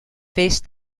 faced